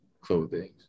clothing